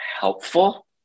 helpful